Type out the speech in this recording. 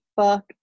fuck